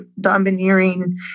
domineering